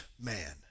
man